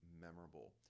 memorable